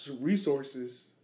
resources